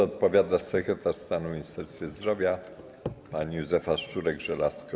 Odpowiada sekretarz stanu w Ministerstwie Zdrowia pani Józefa Szczurek-Żelazko.